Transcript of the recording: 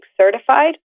certified